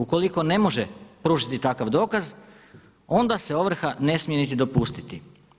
Ukoliko ne može pružiti takav dokaz onda se ovrha ne smije niti dopustiti.